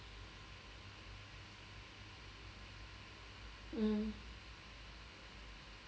mm